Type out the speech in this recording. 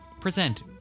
present